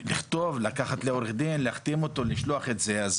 לכתוב, לקחת לעורך דין, להחתים אותו, לשלוח את זה.